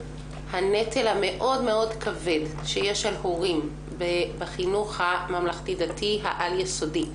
והוא הנטל המאוד מאוד כבד שיש על הורים בחינוך הממלכתי דתי העל יסודי,